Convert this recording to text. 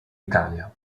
italia